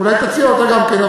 אולי תציע אותה גם כן.